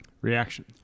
Reaction